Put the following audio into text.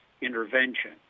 intervention